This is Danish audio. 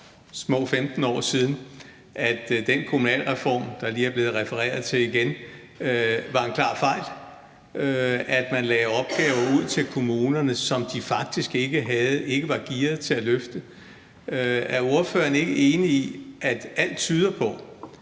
små 15 år siden, at den kommunalreform, der lige er blevet refereret til igen, var en klar fejl, for man lagde opgaver ud til kommunerne, som de faktisk ikke var gearet til at løfte. Er ordføreren ikke enig i, at alt tyder på,